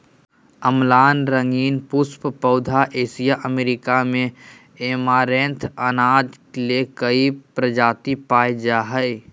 अम्लान रंगीन पुष्प पौधा एशिया अमेरिका में ऐमारैंथ अनाज ले कई प्रजाति पाय जा हइ